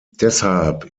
deshalb